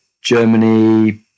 Germany